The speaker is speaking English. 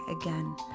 again